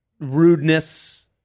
rudeness